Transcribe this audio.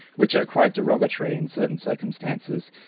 which are quite derogatory, in certain circumstances,